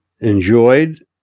enjoyed